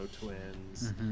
Twins